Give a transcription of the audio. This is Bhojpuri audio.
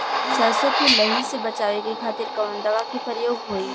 सरसो के लही से बचावे के खातिर कवन दवा के प्रयोग होई?